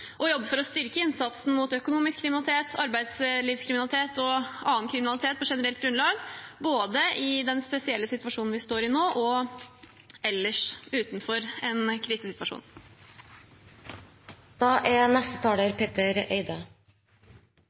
og for å styrke innsatsen mot økonomisk kriminalitet, arbeidslivskriminalitet og annen kriminalitet på generelt grunnlag, både i den spesielle situasjonen vi står i nå, og ellers, utenfor en krisesituasjon.